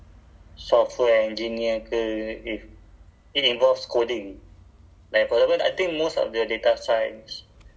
like the code is like very simple and it's what readable kan it's a it's it's python programming considered high level kan